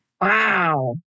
Wow